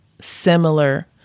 similar